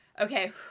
Okay